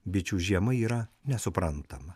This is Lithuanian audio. bičių žiema yra nesuprantama